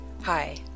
Hi